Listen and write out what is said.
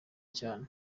cyane